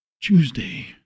Tuesday